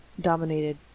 dominated